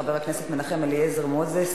חבר הכנסת מנחם אליעזר מוזס,